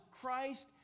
Christ